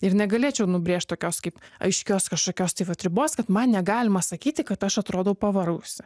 ir negalėčiau nubrėžt tokios kaip aiškios kažkokios tai vat ribos kad man negalima sakyti kad aš atrodau pavargusi